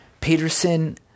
Peterson